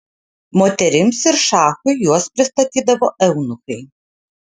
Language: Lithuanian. moterims ir šachui juos pristatydavo eunuchai